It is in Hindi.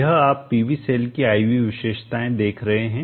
यह आप PV सेल की I V विशेषताएं देख रहे हैं